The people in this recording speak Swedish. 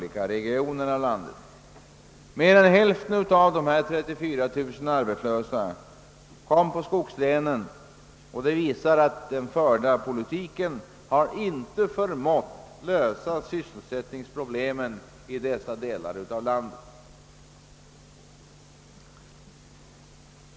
Mer än hälften av de 34 000 arbetslösa finns i skogslänen, något som visar att den förda politiken inte förmått lösa sysselsättningspolitiken i dessa delar av landet.